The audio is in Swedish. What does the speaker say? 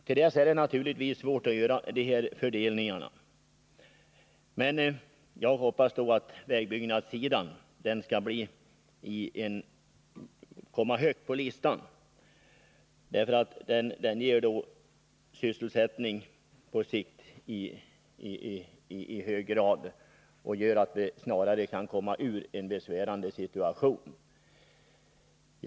Till dess är det naturligtvis svårt att göra de här fördelningarna, men jag hoppas att vägbyggnadssidan skall komma högt på listan, därför att vägbyggen i hög grad ger sysselsättning på sikt och gör att vi fortare Kan körhma ur en besvärande situation.